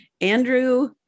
Andrew